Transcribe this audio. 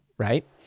right